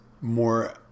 more